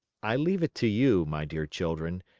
i leave it to you, my dear children,